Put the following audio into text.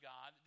God